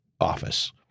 Office